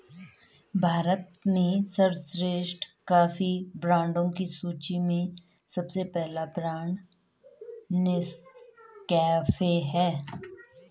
भारत में सर्वश्रेष्ठ कॉफी ब्रांडों की सूची में सबसे पहला ब्रांड नेस्कैफे है